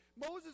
Moses